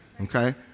okay